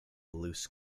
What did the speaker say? loose